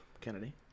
Kennedy